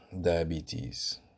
Diabetes